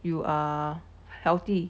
you are healthy